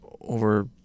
over